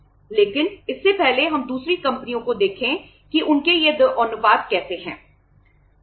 लेकिन इससे पहले हम दूसरी कंपनियों को देखें कि उनके ये 2 अनुपात कैसे हैं